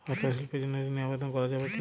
হস্তশিল্পের জন্য ঋনের আবেদন করা যাবে কি?